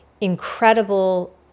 incredible